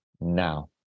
now